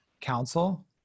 council